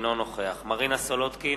אינו נוכח מרינה סולודקין,